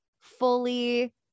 fully